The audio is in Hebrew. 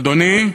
אדוני,